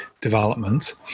development